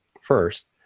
first